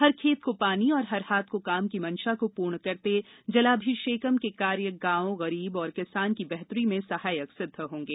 हर खेत को पानी और हर हाथ को काम की मंशा को पूर्ण करते जलाभिषेकम के कार्य गाँव गरीब और किसान की बेहतरी में सहायक सिद्ध होंगे